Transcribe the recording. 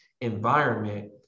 environment